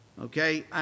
Okay